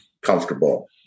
comfortable